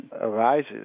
arises